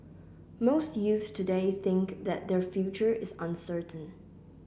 most youths today think that their future is uncertain